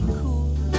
cool